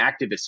activist